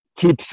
keeps